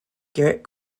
gerrit